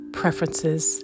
preferences